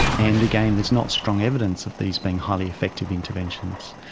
and again there's not strong evidence of these being highly effective interventions.